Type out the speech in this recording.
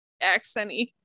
accent-y